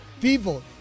people